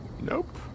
Nope